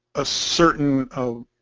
a certain of